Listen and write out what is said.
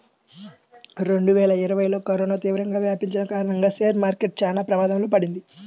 రెండువేల ఇరవైలో కరోనా తీవ్రంగా వ్యాపించిన కారణంగా షేర్ మార్కెట్ చానా ప్రమాదంలో పడింది